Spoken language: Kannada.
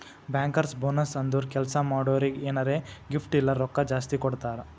ಬ್ಯಾಂಕರ್ಸ್ ಬೋನಸ್ ಅಂದುರ್ ಕೆಲ್ಸಾ ಮಾಡೋರಿಗ್ ಎನಾರೇ ಗಿಫ್ಟ್ ಇಲ್ಲ ರೊಕ್ಕಾ ಜಾಸ್ತಿ ಕೊಡ್ತಾರ್